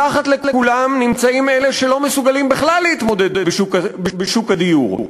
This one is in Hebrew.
מתחת לכולם נמצאים אלה שלא מסוגלים בכלל להתמודד בשוק הדיור.